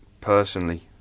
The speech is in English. personally